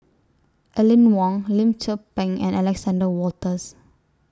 Aline Wong Lim Tze Peng and Alexander Wolters